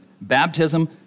Baptism